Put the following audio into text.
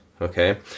Okay